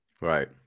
Right